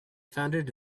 founded